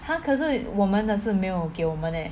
!huh! 可是我们的是没有给我们 leh